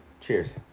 Cheers